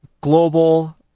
global